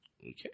Okay